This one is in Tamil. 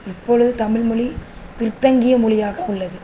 இப்பொழுது தமிழ்மொலி பிற்தங்கிய மொழியாக உள்ளது